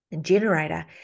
generator